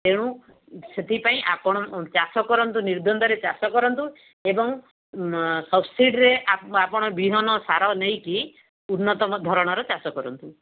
ତେଣୁ ସେଥିପାଇଁ ଆପଣ ଚାଷ କରନ୍ତୁ ନିର୍ଦ୍ୱନ୍ଦରେ ଚାଷ କରନ୍ତୁ ଏବଂ ସବ୍ସିଡିରେ ଆପଣ ବିହନ ସାର ନେଇକି ଉନ୍ନତ ଧରଣର ଚାଷ କରନ୍ତୁ